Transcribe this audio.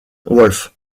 wolff